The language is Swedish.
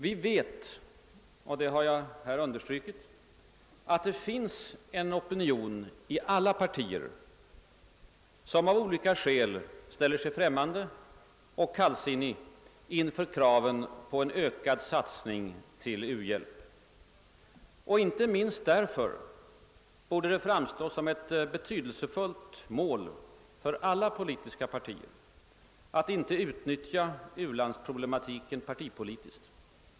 Vi vet, och det har jag redan understrukit, att det inom alla partier finns en opinion som av olika skäl ställer sig främmande och kallsinnig inför kraven på en ökad satsning till u-hjälp. Inte minst därför torde det framstå som ett betydelsefullt mål för alla politiska partier att inte utnyttja u-landsproblematiken partipolitiskt.